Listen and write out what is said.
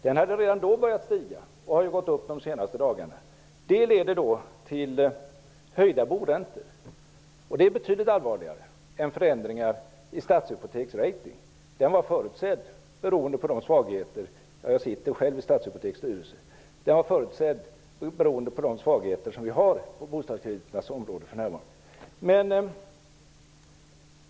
Den hade redan då börjat stiga och har gått upp de senaste dagarna. Det leder till höjda boräntor. Det är betydligt allvarligare än förändringar i Statshypoteks rating. Den var förutsedd -- jag sitter själv i Statshypoteks styrelse -- beroende på de svagheter som vi för närvarande har på bostadskreditområdet.